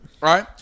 Right